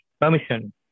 permission